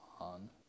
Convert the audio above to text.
on